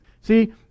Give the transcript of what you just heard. See